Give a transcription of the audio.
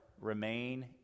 Remain